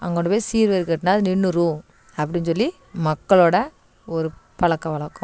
அங்கே கொண்டுப் போய் சீர்வேர் கட்டின்னா அது நின்றுரும் அப்படின்னு சொல்லி மக்களோடய ஒரு பழக்க வழக்கம்